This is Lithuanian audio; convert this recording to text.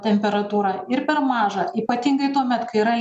temperatūrą ir per mažą ypatingai tuomet kai yra